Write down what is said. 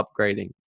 upgrading